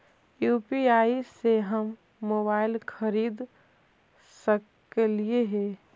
UPI से हम mobile खरिद सकलिऐ है